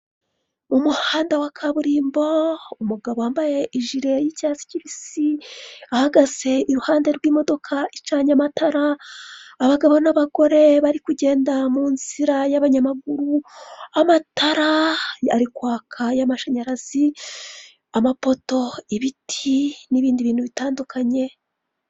Umuhanda wa kaburimbo umugabo wambaye ijire y'icyatsi kibisi, ahagaze iruhande rw'imodoka icanye amatara, abagabo n'abagore bari kugenda mu nzira y'abanyamaguru, amatara ari kwaka y'amashanyarazi, amapoto, ibiti, n'ibindi bintu bitandukanye,